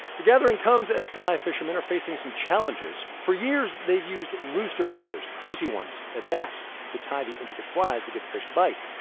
the gathering comes as fly fisherman are facing some challenges. for years they've used rooster feathers pricey ones, at that to tie the intricate flies that get the fish to bite.